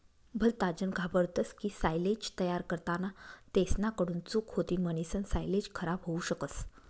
भलताजन घाबरतस की सायलेज तयार करताना तेसना कडून चूक होतीन म्हणीसन सायलेज खराब होवू शकस